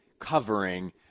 covering